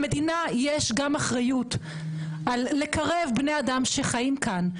למדינה יש גם אחריות לקרב בני אדם שחיים כאן.